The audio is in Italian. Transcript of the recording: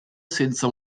senza